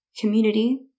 community